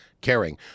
caring